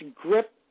grip